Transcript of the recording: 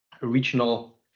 regional